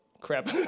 crap